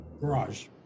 Garage